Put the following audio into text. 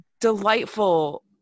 delightful